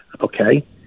okay